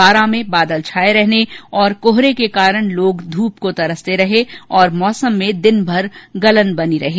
बारां में बादल छाये रहने और कोहरे के करण लोग ध्रूप को तरसते रहे मौसम में दिनभर गलन रही